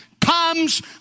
comes